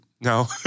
No